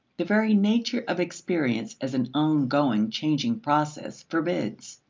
the very nature of experience as an ongoing, changing process forbids.